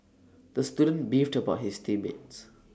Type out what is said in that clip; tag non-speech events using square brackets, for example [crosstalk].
the student beefed about his team mates [noise]